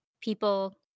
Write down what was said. people